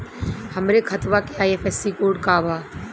हमरे खतवा के आई.एफ.एस.सी कोड का बा?